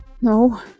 No